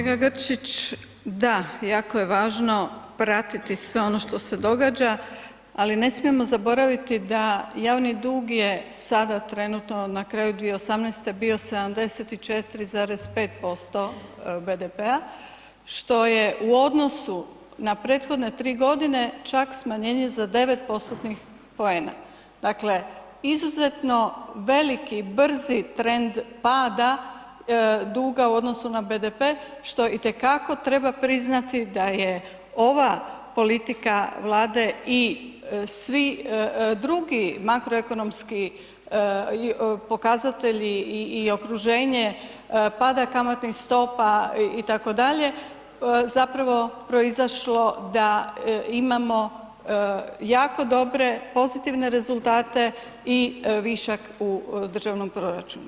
Kolega Grčić da jako je važno pratiti sve ono što se događa, ali ne smijemo zaboraviti da javni dug je sada trenutno na kraju 2018. bio 74,5% BDP-a, što je u odnosu na prethodne 3.g. čak smanjenje za 9%-tnih poena, dakle izuzetno veliki brzi trend pada duga u odnosu na BDP što itekako treba priznati da je ova politika Vlade i svi drugi makro ekonomski pokazatelji i okruženje pada kamatnih stopa itd., zapravo proizašlo da imamo jako dobre pozitivne rezultate i višak u državnom proračunu.